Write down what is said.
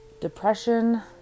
Depression